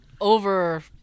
over